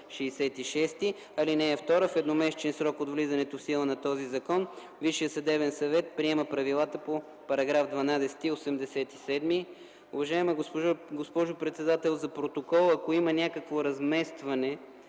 (2) В едномесечен срок от влизането в сила на този закон Висшият съдебен съвет приема правилата по § 12 и § 87.” Уважаема госпожо председател, за протокола, ако има някакво разместване